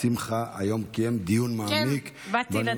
שמחה קיים היום דיון מעמיק בנושא,